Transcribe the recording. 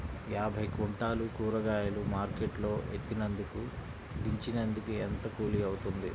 యాభై క్వింటాలు కూరగాయలు మార్కెట్ లో ఎత్తినందుకు, దించినందుకు ఏంత కూలి అవుతుంది?